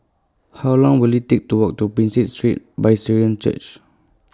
How Long Will IT Take to Walk to Prinsep Street Church